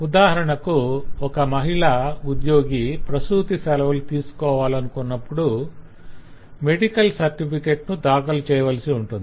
ఉదాహరణకు ఒక మహిళా ఉద్యోగి ప్రసూతి సెలవలు తీసుకోవాలనుకున్నప్పుడు మెడికల్ సర్టిఫికేట్ ను దాఖలుచేయవలసి ఉంటుంది